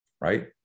right